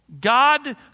God